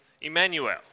Emmanuel